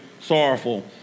sorrowful